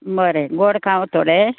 बरें गोड खांव थोडें